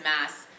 mass